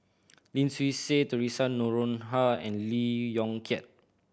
Lim Swee Say Theresa Noronha and Lee Yong Kiat